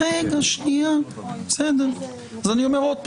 אני אומר עוד פעם,